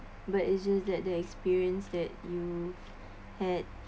but it's just that the experience that um had